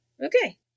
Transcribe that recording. okay